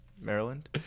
Maryland